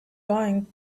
going